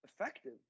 effective